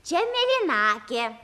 čia mėlynakė